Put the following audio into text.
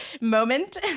moment